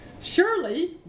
Surely